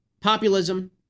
Populism